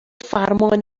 فرمان